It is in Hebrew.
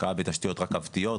השקעה בתשתיות רכבתיות,